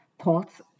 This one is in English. thoughts